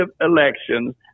elections